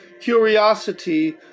curiosity